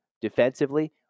defensively